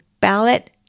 ballot